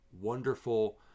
wonderful